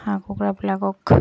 হাঁহ কুকুৰাবিলাকক